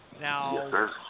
Now